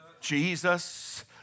Jesus